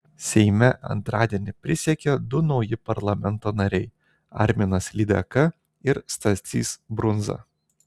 seime antradienį prisiekė du nauji parlamento nariai arminas lydeka ir stasys brundza